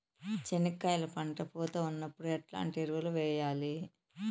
చెనక్కాయలు పంట పూత ఉన్నప్పుడు ఎట్లాంటి ఎరువులు వేయలి?